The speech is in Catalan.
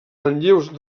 manlleus